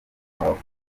twavuga